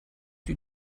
die